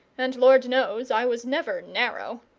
and lord knows i was never narrow.